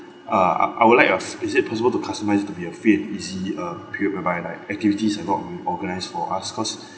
uh I I would like a is it possible to customise to be a free and easy um period whereby like activities have not been organised for us cause